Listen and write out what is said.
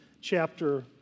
chapter